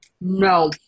No